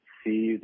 see